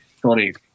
Sorry